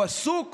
הוא עסוק